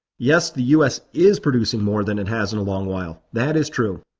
yes, the us is producing more than it has in a long while, that is true,